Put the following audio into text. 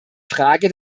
frage